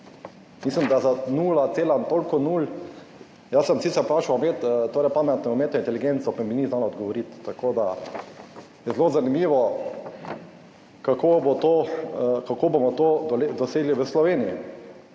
Mislim, da za nula cela in toliko nul. Jaz sem sicer vprašal obe, torej pametno umetno inteligenco, pa mi ni znala odgovoriti, tako da, je zelo zanimivo kako bo to, kako bomo to dosegli v Sloveniji.